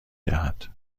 دهد